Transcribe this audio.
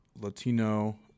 Latino